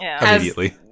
immediately